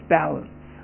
balance